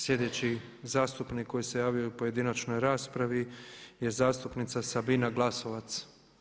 Sljedeći zastupnik koji se javio u pojedinačnoj raspravi je zastupnica Sabina Glasovac.